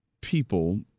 people